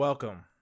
Welcome